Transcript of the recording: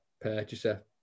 purchaser